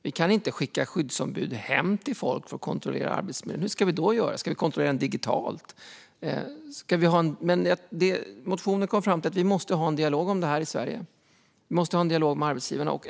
Man kan inte bara skicka hem skyddsombud till folk för att kontrollera arbetsmiljön. Hur ska det då göras? Ska det kontrolleras digitalt? I motionen kommer vi fram till att vi måste ha en dialog om det i Sverige. Vi måste ha en dialog med arbetsgivarna.